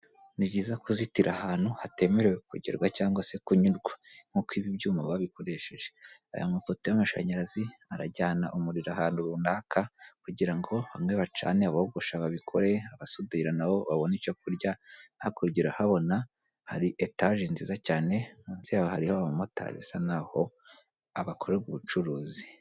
Ni byiza kuzitira ahantu hatemerewe kugerwa cyangwa se kunyurwa nk'uko ibi byuma babikoresheje. Aya mapoto y'amashanyarazi, arajyana umuriro ahantu runaka kugira ngo bamwe bacane, abogosha babikore, abasudira na bo babone icyo kurya, hakurya urahabona hari etaje nziza cyane, munsi yaho hari abamotari bisa n'aho bakora ubwo ubucuruzi.